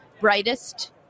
brightest